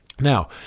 Now